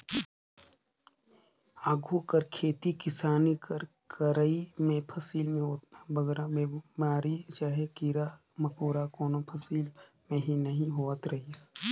आघु कर खेती किसानी कर करई में फसिल में ओतना बगरा बेमारी चहे कीरा मकोरा कोनो फसिल में नी होवत रहिन